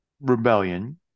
rebellion